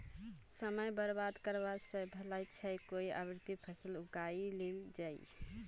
समय बर्बाद करवा स भला छ कोई अंतर्वर्ती फसल उगइ लिल जइ